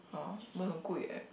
hor but 很贵 eh